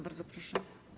Bardzo proszę.